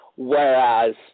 Whereas